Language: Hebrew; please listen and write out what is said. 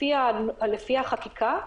לפי החקיקה,